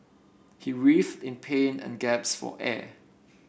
he writhed in pain and gaps for air